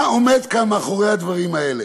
מה עומד כאן, מאחורי הדברים האלה?